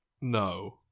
No